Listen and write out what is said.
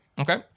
Okay